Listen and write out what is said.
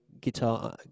guitar